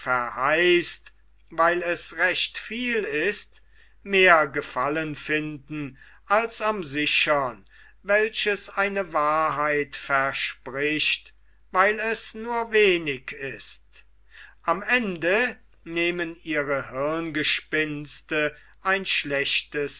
verheißt weil es recht viel ist mehr gefallen finden als am sichern welches eine wahrheit verspricht weil es nur wenig ist am ende nehmen ihre hirngespinste ein schlechtes